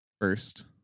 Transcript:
first